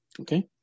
Okay